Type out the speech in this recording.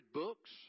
books